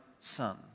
Son